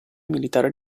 militare